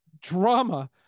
drama